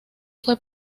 fue